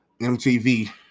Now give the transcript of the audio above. mtv